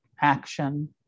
action